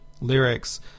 lyrics